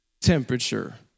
temperature